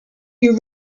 you